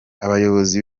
abayobozi